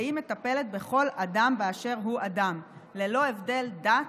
והיא מטפלת בכל אדם באשר הוא אדם ללא הבדל דת,